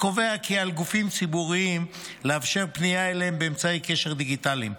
וקובע כי על גופים ציבוריים לאפשר פנייה אליהם באמצעי קשר דיגיטליים,